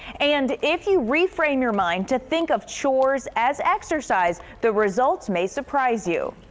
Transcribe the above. and if you reframe your mind to think of chores as exercise, the results may surprise you.